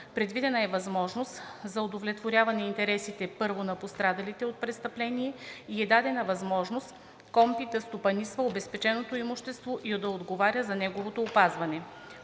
Предвидена е възможност за удовлетворяване интересите първо на пострадалите от престъпление и е дадена възможност КПКОНПИ да стопанисва обезпеченото имущество и да отговаря за неговото опазване.